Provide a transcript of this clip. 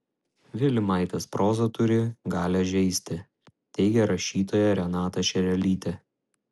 vilimaitės proza turi galią žeisti teigia rašytoja renata šerelytė